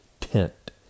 tent